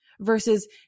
Versus